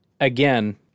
again